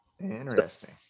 Interesting